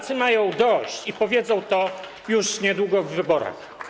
Polacy mają dość i powiedzą to już niedługo w wyborach.